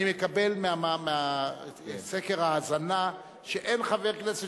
אני מקבל מסקר ההאזנה שאין חבר כנסת